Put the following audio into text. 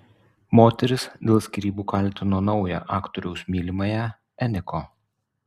moteris dėl skyrybų kaltino naują aktoriaus mylimąją eniko